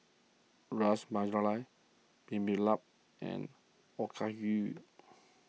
Ras Malai Bibimbap and Okayu